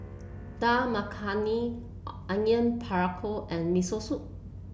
Dal Makhani Onion Pakora and Miso Soup